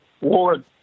Ward